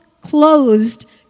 closed